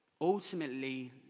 ultimately